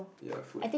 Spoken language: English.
ya food